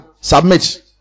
submit